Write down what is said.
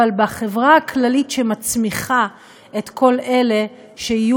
אבל בחברה הכללית שמצמיחה את כל אלה שיהיו